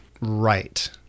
right